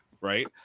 right